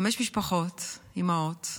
חמש משפחות, אימהות,